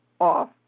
off